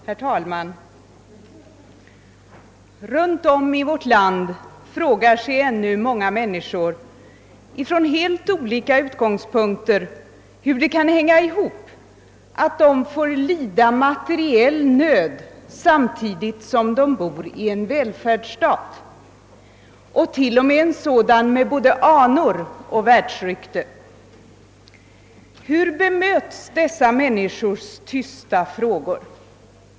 Herr talman! Runtom i vårt land frågar sig ännu många människor från helt olika utgångspunkter hur det kan komma sig att de får lida materiell nöd samtidigt som de bor i en välfärdsstat — en välfärdsstat med både anor och världsrykte. Hur bemöts dessa människors tysta frågor?